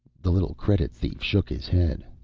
the little credit thief shook his head.